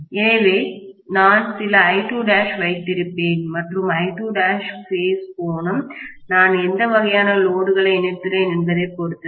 எனவே நான் சில I2' வைத்திருப்பேன் மற்றும் I2' பேஸ் கோணம் நான் எந்த வகையான லோடுகளை இணைத்துள்ளேன் என்பதைப் பொறுத்தது